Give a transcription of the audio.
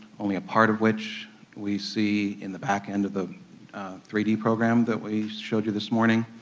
only a part of which we see in the back end of the three d program that we showed you this morning.